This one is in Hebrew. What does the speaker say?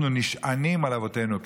אנחנו נשענים על אבותינו,